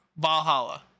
Valhalla